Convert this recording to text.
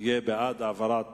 יהיה בעד העברת